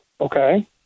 Okay